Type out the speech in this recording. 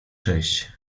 sześć